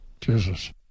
Jesus